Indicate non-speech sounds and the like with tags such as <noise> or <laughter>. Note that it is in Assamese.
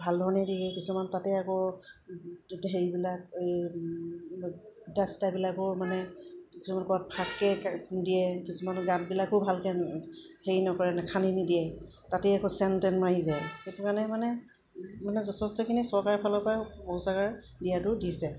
ভাল ধৰণেই দিয়ে কিছুমান তাতে আকৌ <unintelligible> হেৰিবিলাক এই প্লাষ্টাৰবিলাকৰো মানে কিছুমান ক'ৰবাত ফাকে দিয়ে কিছুমানৰ গাঁতবিলাকো ভালকৈ হেৰি নকৰে খান্দি নিদিয়ে তাতে আকৌ চেণ্ট টেণ্ট মাৰি যায় সেইটো কাৰণে মানে মানে যথেষ্টখিনি চৰকাৰৰ ফালৰপৰা শৌচাগাৰ দিয়াটো দিছে